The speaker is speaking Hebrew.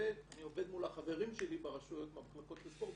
אני עובד מול החברים שלי ברשויות במחלקות לספורט,